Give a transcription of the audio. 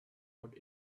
but